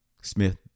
Smith